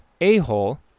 a-hole